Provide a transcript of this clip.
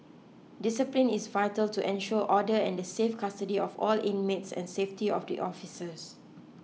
discipline is vital to ensure order and the safe custody of all inmates and safety of the officers